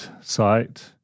site